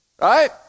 Right